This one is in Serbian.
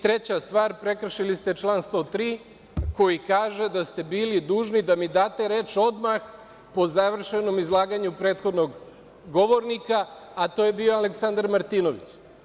Treća stvar, prekršili ste član 103. koji kaže da ste bili dužni da mi date reč odmah po završenom izlaganju prethodnog govornika, a to je bio Aleksandar Martinović.